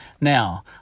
Now